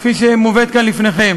כפי שהיא מובאת כאן לפניכם.